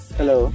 Hello